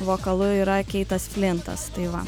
vokalu yra keitas flintas tai va